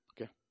Okay